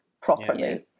properly